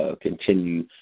continue